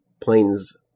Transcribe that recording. planes